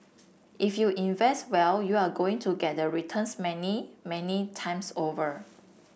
if you invest well you're going to get the returns many many times over